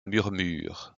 murmure